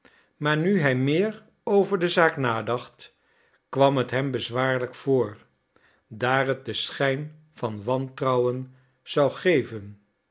maar nu hij meer over de zaak nadacht kwam het hem bezwaarlijk voor daar het den schijn van wantrouwen zou geven